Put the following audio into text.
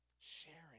sharing